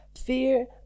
fear